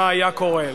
מה היה קורה.